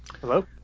Hello